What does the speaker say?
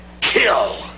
kill